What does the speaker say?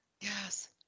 Yes